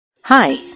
Hi